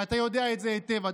ואתה יודע את זה היטב,